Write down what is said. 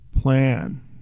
plan